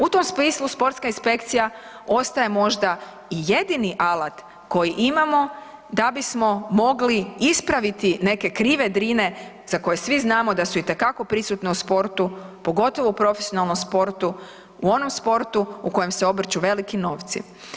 U tom smislu sportska inspekcija ostaje možda i jedini alat koji imamo da bismo mogli ispraviti neke krive drine za koje svi znamo da su itekako prisutne u sportu, pogotovo u profesionalnom sportu u onom sportu u kojem se obrću veliki novci.